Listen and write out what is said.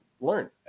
learn